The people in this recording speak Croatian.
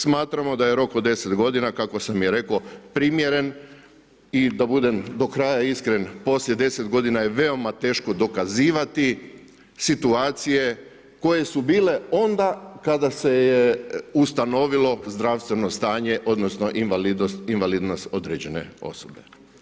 Smatramo da je rok od 10 godina, kako sam i rekao, primjeren i da budem do kraja iskren, poslije 10 godina je veoma teško dokazivati situacije koje su bile onda kada se je ustanovilo zdravstveno stanje, odnosno invalidnost određene osobe.